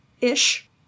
ish